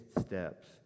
steps